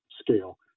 scale